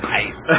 Nice